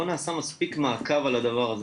לא נעשה מספיק מעקב על הדבר הזה.